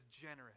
generous